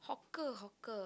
hawker hawker